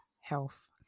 health